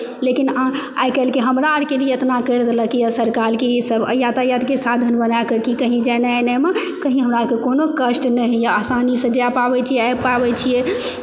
लेकिन आ आइ काल्हिके हमरा आरके लिए एतना करि देलक की असर कालके ई सभ यातायातके साधन बनैक की कही जेनाय एनायमे कही हमरा आरके कोनो कष्ट नहि होइया आसानीसँ जाय पाबै छी आबि पाबै छियै